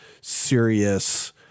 serious